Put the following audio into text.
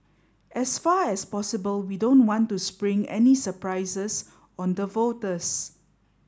as far as possible we don't want to spring any surprises on the voters